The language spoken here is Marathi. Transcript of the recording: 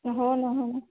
हो ना हो ना